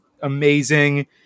amazing